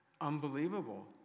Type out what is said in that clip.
unbelievable